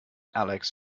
alex